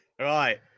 Right